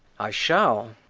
i shall.